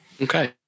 Okay